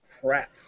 Crap